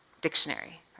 dictionary